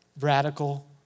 Radical